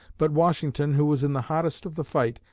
but washington, who was in the hottest of the fight,